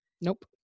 Nope